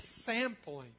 sampling